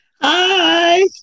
Hi